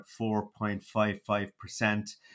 4.55%